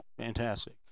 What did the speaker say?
Fantastic